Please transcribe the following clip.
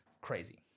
Crazy